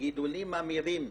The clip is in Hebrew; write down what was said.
גידולים ממאירים,